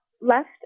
left